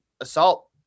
assault